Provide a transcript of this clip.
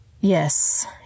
Yes